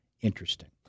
interesting